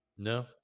No